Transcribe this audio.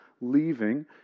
leaving